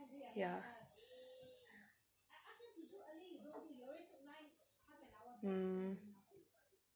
ya mm